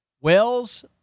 Wales